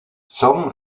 son